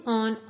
on